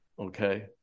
Okay